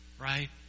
Right